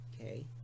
okay